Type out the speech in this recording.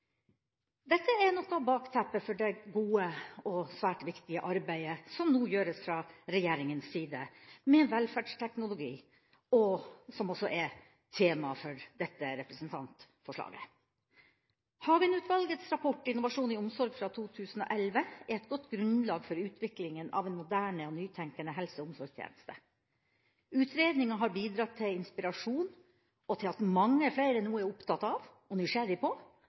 Dette er noe av bakteppet for det gode og svært viktige arbeidet som nå gjøres fra regjeringas side med velferdsteknologi, og som også er tema for dette representantforslaget. Hagen-utvalgets rapport Innovasjon i omsorg fra 2011 er et godt grunnlag for utviklingen av en moderne og nytenkende helse- og omsorgstjeneste. Utredninga har bidratt til inspirasjon og til at mange flere nå er opptatt av og nysgjerrig på